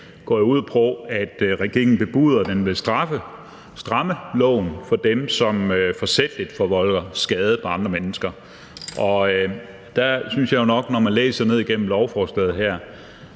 går ud på, at regeringen bebuder, at den vil stramme loven for dem, som forsætligt forvolder skade på andre mennesker. Når man læser ned igennem lovforslaget her